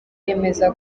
yemeza